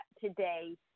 today